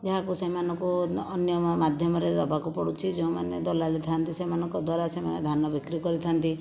ଏହାକୁ ସେମାନଙ୍କୁ ଅନ୍ୟ ମାଧ୍ୟମରେ ଦେବାକୁ ପଡ଼ୁଛି ଯେଉଁମାନେ ଦଲାଲି ଥାନ୍ତି ସେମାନଙ୍କ ଦ୍ୱାରା ସେମାନେ ଧାନ ବିକ୍ରି କରିଥାନ୍ତି